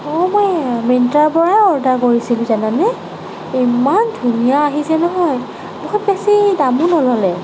অঁ মই মীন্ত্ৰাৰ পৰাই অৰ্ডাৰ কৰিছিলোঁ জানানে ইমান ধুনীয়া আহিছে নহয় বহুত বেছি দামো নল'লে